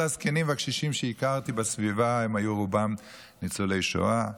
הזקנים והקשישים שהכרתי בסביבה היו רובם ניצולי שואה.